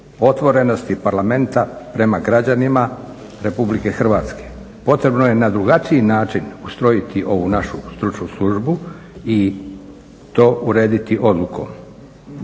otvorenosti Parlamenta prema građanima Republike Hrvatske. Potrebno je na drugačiji način ustrojiti ovu našu stručnu službu i to urediti odlukom.